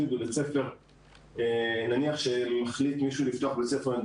הרי שאנחנו לא יכולים לומר שמגזר אחד מועדף על פני המגזר השני,